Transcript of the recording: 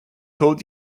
told